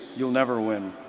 you'll never win.